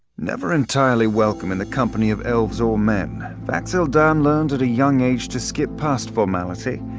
never entirely welcome in the company of elves or men, vax'ildan learned at a young age to skip past formality,